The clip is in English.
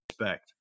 respect